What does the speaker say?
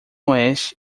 oeste